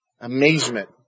amazement